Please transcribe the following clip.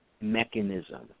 mechanism